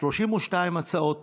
32 הצעות